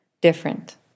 different